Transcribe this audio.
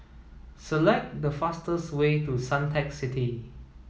select the fastest way to Suntec City